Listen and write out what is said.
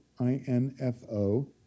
I-N-F-O